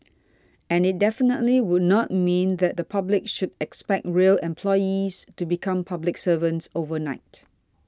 and it definitely would not mean that the public should expect rail employees to become public servants overnight